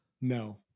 No